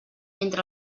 entre